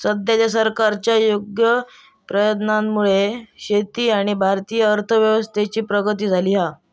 सद्याच्या सरकारच्या योग्य प्रयत्नांमुळे शेती आणि भारतीय अर्थव्यवस्थेची प्रगती झाली हा